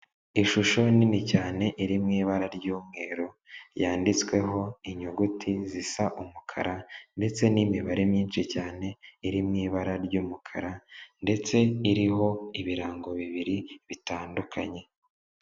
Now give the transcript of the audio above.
Ishusho nini cyane iri mu ibara ry'umweru yanditsweho inyuguti zisa umukara, ndetse n'imibare myinshi cyane iri mu'ibara ry'umukara, ndetse iriho ibirango bibiri bitandukanye.